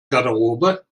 garderobe